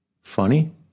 Funny